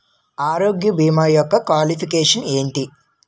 ఆరోగ్య భీమా యెక్క క్వాలిఫికేషన్ ఎంటి?